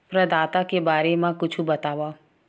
प्रदाता के बारे मा कुछु बतावव?